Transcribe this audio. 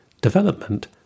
development